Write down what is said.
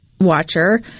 watcher